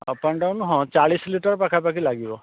up and down ହଁ ଚାଳିଶ litre ପାଖାପାଖି ଲାଗିବ